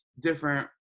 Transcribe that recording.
different